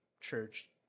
church